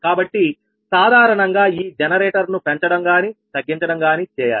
కాబట్టి సాధారణంగా ఈ జనరేటర్ ను పెంచడం గానీ తగ్గించడం గానీ చేయాలి